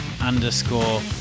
underscore